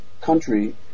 country